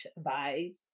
vibes